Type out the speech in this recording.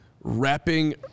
wrapping